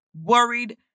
worried